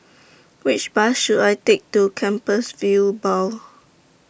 Which Bus should I Take to Compassvale Bow